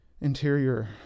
interior